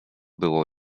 było